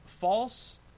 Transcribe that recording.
false